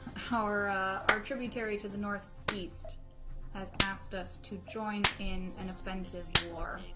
how are are tributary to the northeast has asked us to join in an offensive you are